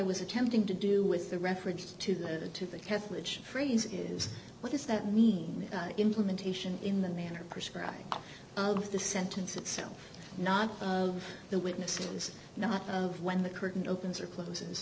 was attempting to do with the reference to the to the catholic phrase is what does that mean implementation in the manner prescribed of the sentence itself not the witnesses not of when the curtain opens or